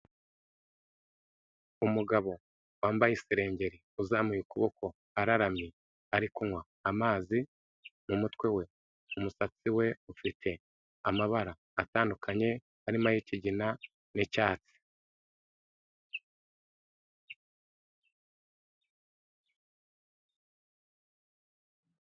Umugabo wambaye isengeri, uzamuye ukuboko araramye ari kunywa amazi, mu mutwe we, umusatsi we ufite amabara atandukanye arimo ay'ikigina n'icyatsi.